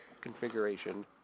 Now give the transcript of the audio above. configuration